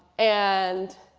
and